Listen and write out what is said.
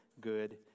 good